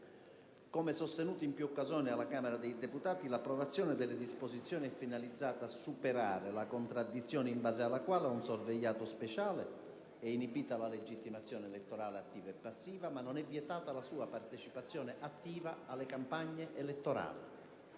Come sostenuto in più occasioni alla Camera dei deputati, l'approvazione delle disposizioni è finalizzata a superare la contraddizione in base alla quale ad un sorvegliato speciale è inibita la legittimazione elettorale attiva e passiva, ma non è vietata la partecipazione attiva alle campagne elettorali.